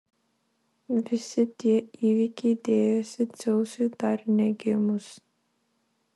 visi tie įvykiai dėjosi dzeusui dar negimus